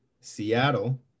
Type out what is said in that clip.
Seattle